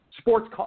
Sports